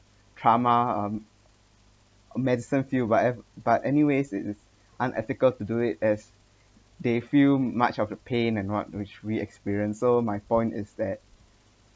trauma medicine field but but anyways it is unethical to do it as they feel much of the pain and what which we experience so my point is that